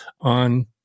on